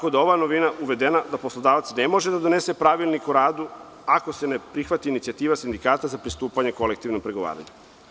Ova novina je uvedena da poslodavac ne može da donese pravilnik o radu, ako se ne prihvati inicijativa sindikata za pristupanju kolektivnom pregovaranju.